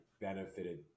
benefited